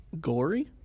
gory